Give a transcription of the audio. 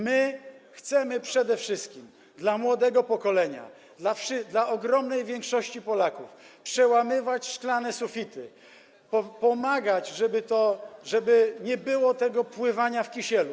My chcemy przede wszystkim dla młodego pokolenia, dla ogromnej większości Polaków przełamywać szklane sufity, pomagać, żeby nie było tego pływania w kisielu.